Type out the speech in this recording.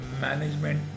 management